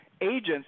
agents